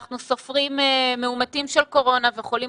אנחנו סופרים מאומתים של קורונה וחולים